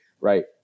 right